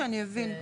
שאני אבין.